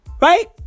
Right